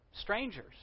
strangers